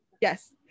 Yes